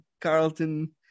Carlton